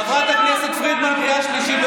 חברת הכנסת פרידמן, קריאה שלישית.